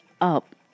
up